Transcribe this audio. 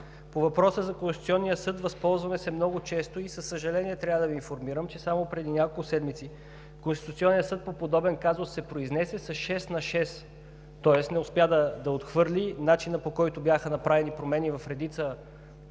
По въпроса за Конституционния съд – възползваме се много често. За съжаление, трябва да Ви информирам, че само преди няколко седмици Конституционният съд по подобен казус се произнесе с шест на шест, тоест не успя да отхвърли начина, по който бяха направени промени в редица